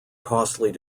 costly